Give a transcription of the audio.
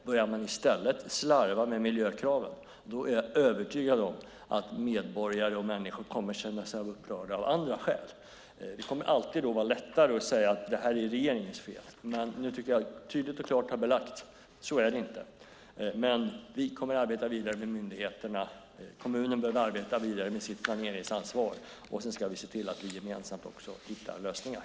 Börjar man slarva med miljökraven är jag övertygad om att människor kommer att känna sig upprörda av andra skäl. Det kommer alltid att vara lättare att säga att det här är regeringens fel. Nu tycker jag att jag tydligt och klart har belagt att så är det inte. Vi kommer att arbeta vidare med myndigheterna. Kommunen behöver arbeta vidare med sitt planeringsansvar. Vi ska se till att vi gemensamt hittar lösningar.